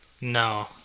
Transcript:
No